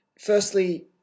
firstly